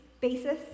basis